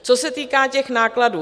Co se týká těch nákladů.